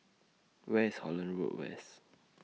Where IS Holland Road West